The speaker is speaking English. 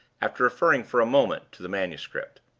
after referring for a moment to the manuscript.